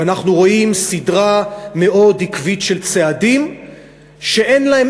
ואנחנו רואים סדרה מאוד עקבית של צעדים שאין להם